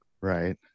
right